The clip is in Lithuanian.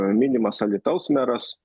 minimas alytaus meras